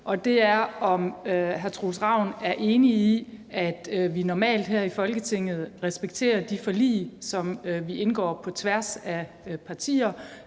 og det er, om hr. Troels Ravn er enig i, at vi normalt her i Folketinget respekterer de forlig, som vi indgår på tværs af partier,